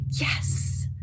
yes